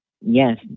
Yes